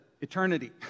eternity